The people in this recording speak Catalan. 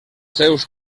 seus